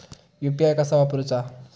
UPI कसा वापरूचा?